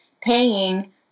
paying